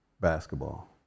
basketball